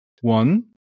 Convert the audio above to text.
one